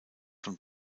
von